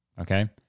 Okay